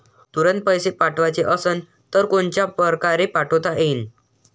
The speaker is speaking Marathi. तुरंत पैसे पाठवाचे असन तर कोनच्या परकारे पाठोता येईन?